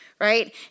Right